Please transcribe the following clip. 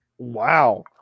Wow